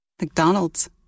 McDonald's